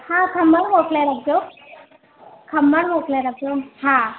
हा खमण मोकिले रखिजो खमण मोकिले रखिजो हा